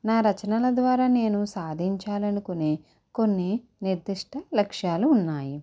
నా రచనల ద్వారా నేను సాధించాలనుకునే కొన్ని నిర్దిష్ట లక్ష్యాలు ఉన్నాయి